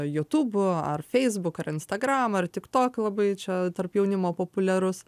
jotūbu ar facebook ar instagram ar tiktok labai čia tarp jaunimo populiarus